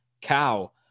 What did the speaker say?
cow